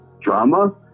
drama